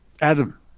Adam